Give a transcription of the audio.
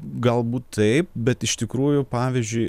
galbūt taip bet iš tikrųjų pavyzdžiui